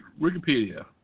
Wikipedia